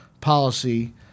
policy